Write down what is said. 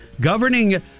Governing